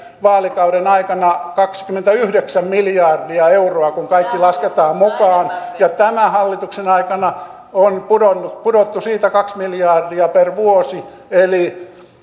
vaalikauden aikana kaksikymmentäyhdeksän miljardia euroa kun kaikki lasketaan mukaan ja tämän hallituksen aikana on pudottu siitä kaksi miljardia per vuosi eli